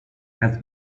has